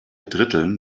dritteln